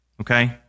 Okay